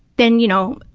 then, you know,